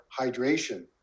hydration